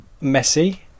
messy